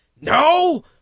No